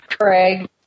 Craig